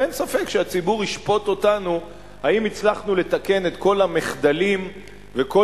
ואין ספק שהציבור ישפוט אותנו האם הצלחנו לתקן את כל המחדלים וכל